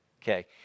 Okay